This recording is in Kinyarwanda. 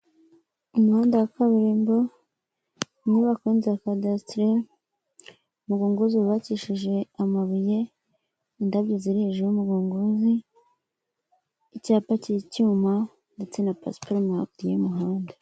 Umuhanda wa kaburimbo, inyubako y'inzu ya kadastere, umugunguzi wubakishije amabuye, indabyo ziri hejuru y'umugunguzi, icyapa cy'icyuma ndetse na pasiparume haruguru y'umuhanda.